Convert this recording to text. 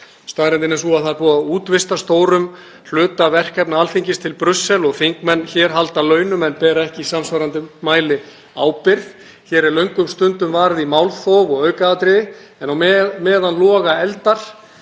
Staðreyndin er sú að það er búið að útvista stórum hluta verkefna Alþingis til Brussel og þingmenn hér halda launum en bera ekki í samsvarandi mæli ábyrgð. Hér er löngum stundum varið í málþóf og aukaatriði en á meðan loga eldar,